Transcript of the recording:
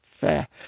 Fair